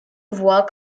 voit